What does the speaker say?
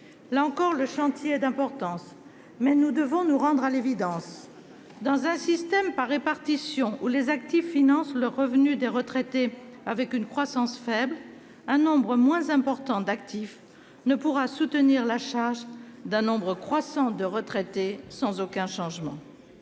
Là encore, le chantier est d'importance. Rendons-nous à l'évidence : dans un système par répartition, où les actifs financent le revenu des retraités avec une croissance faible, un nombre réduit d'actifs ne pourra soutenir la charge d'un nombre croissant de retraités sans aucun changement.